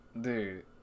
dude